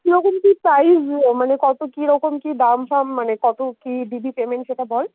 কীরকম কী সাইজ মানে কত কিরকম কী দাম ফাম মানে কত কী দিবি পেমেন্ট সেটা বল